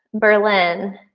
berlin,